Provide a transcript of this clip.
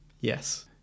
Yes